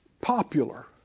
popular